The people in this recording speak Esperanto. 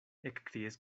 ekkriis